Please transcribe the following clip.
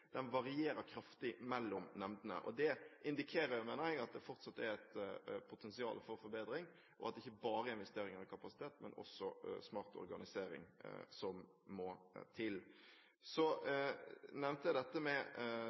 varierer kraftig mellom nemndene. Det indikerer, mener jeg, at det fortsatt er et potensial for forbedring, og at det ikke bare er investeringer i kapasitet, men også smart organisering som må til. Så nevnte man dette med